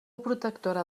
protectora